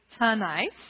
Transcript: tonight